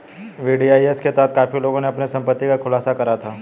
VDIS के तहत काफी लोगों ने अपनी संपत्ति का खुलासा करा था